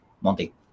Monty